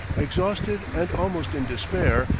exhausted and almost in despair,